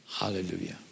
Hallelujah